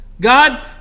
God